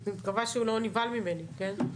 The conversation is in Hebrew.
אני מקווה שהוא לא נבהל ממני, כן.